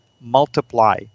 multiply